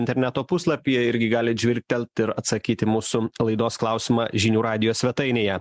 interneto puslapyje irgi galit žvilgtelt ir atsakyti į mūsų laidos klausimą žinių radijo svetainėje